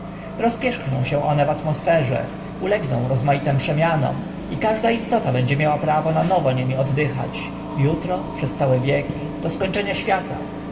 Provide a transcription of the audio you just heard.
rozpierzchną się one w atmosferze ulegną rozmaitym przemianom i każda istota będzie miała prawo na nowo nimi oddychać utro przez całe wieki do skończenia świata